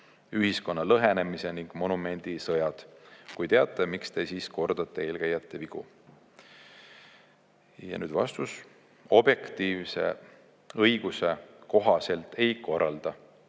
ühiskonna lõhenemise ning monumendisõjad? Kui teate, miks Te siis kordate eelkäijate vigu?" Ja nüüd vastus. Objektiivse õiguse kohaselt ei korralda